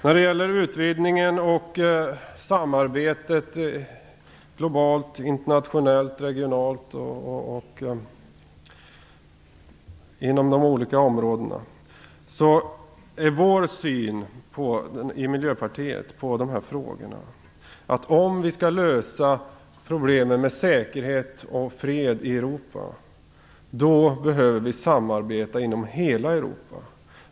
När det gäller utvidgningen och samarbetet globalt, internationellt och regionalt inom de olika områdena är Miljöpartiets syn att vi behöver samarbeta inom hela Europa om vi skall lösa problemen med säkerhet och fred i Europa.